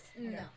No